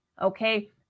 okay